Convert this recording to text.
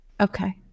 Okay